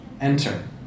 Enter